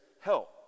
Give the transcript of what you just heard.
help